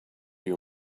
you